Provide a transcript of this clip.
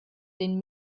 den